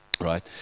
right